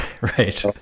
Right